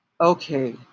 Okay